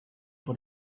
for